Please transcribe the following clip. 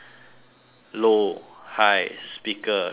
low high speaker redial